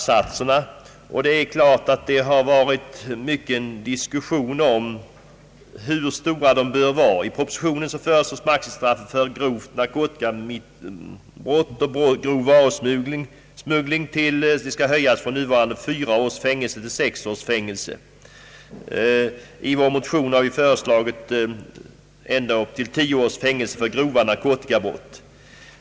Vad frågan nu gäller är närmast straffsatserna. Det har självfallet varit mycken diskussion om storleken av straffsatserna. I propositionen föreslås att maximistraffet för grovt narkotikabrott och grov varusmuggling av narkotika skall höjas från nuvarande fyra års fängelse till sex års fängelse. Vi har i vår motion föreslagit ett straff av ända upp till tio års fängelse för grova narkotikabrott.